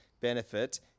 benefit